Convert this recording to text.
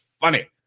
funny